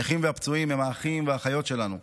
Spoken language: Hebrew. הנכים והפצועים הם האחים והאחיות שלנו.